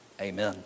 Amen